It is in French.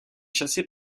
chassé